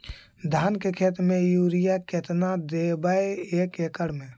धान के खेत में युरिया केतना देबै एक एकड़ में?